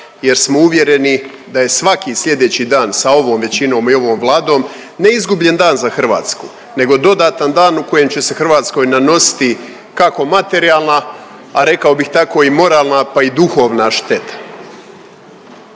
jer smo uvjereni da je svaki sljedeći dan sa ovom većinom i ovom Vladom ne izgubljen dan za Hrvatsku, nego dodatan dan u kojem će se Hrvatskoj nanositi kako materijalna, a rekao bih tako i moralna, pa i duhovna šteta.